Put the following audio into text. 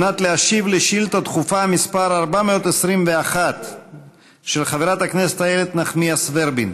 על מנת להשיב לשאילתה דחופה מס' 421 של חברת הכנסת נחמיאס ורבין.